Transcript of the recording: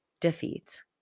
defeat